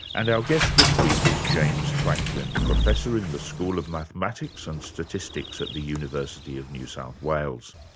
and our guest this week is james franklin, professor in the school of mathematics and statistics at the university of new south wales.